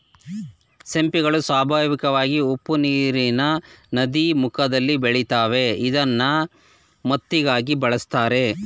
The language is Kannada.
ಸಿಂಪಿಗಳು ಸ್ವಾಭಾವಿಕವಾಗಿ ಉಪ್ಪುನೀರಿನ ನದೀಮುಖದಲ್ಲಿ ಬೆಳಿತಾವೆ ಇದ್ನ ಮುತ್ತಿಗಾಗಿ ಬೆಳೆಸ್ತರೆ